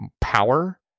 power